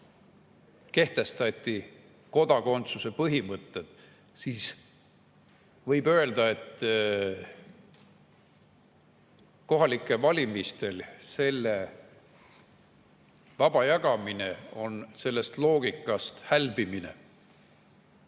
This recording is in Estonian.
kehtestati kodakondsuse põhimõtted, siis võib öelda, et kohalikel valimistel selle [õiguse] vaba jagamine on sellest loogikast hälbimine.